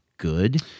good